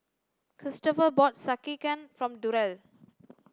Cristopher bought Sekihan for Durell